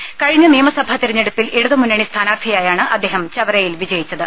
ദരദ കഴിഞ്ഞ നിയമസഭാ തെരഞ്ഞെടുപ്പിൽ ഇടതു മുന്നണി സ്ഥാനാർത്ഥിയായാണ് അദ്ദേഹം ചവറയിൽ വിജയിച്ചത്